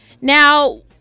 now